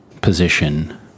position